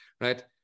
right